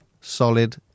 solid